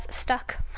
stuck